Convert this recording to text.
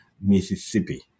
Mississippi